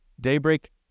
Daybreak